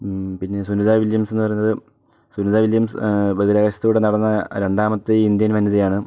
പിന്നെ സുനിത വില്യംസ് എന്ന് പറയുന്നത് സുനിത വില്യംസ് ബഹിരാകാശത്ത് കൂട നടന്ന രണ്ടാമത്തെ ഇന്ത്യൻ വനിത ആണ്